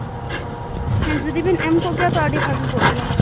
ᱡᱩᱫᱤ ᱵᱮᱱ ᱮᱢ ᱠᱚᱜ ᱠᱮᱭᱟ ᱛᱚ ᱟᱹᱰᱤ ᱵᱷᱟᱹᱜᱮ ᱠᱚᱜ ᱠᱮᱭᱟ